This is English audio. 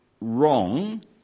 wrong